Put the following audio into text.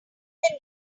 can